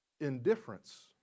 Indifference